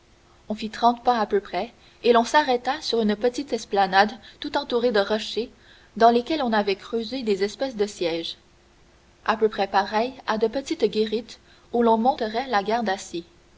on fit trente pas à peu près et l'on s'arrêta sur une petite esplanade tout entourée de rochers dans lesquels on avait creusé des espèces de sièges à peu près pareils à de petites guérites où l'on monterait la garde